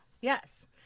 Yes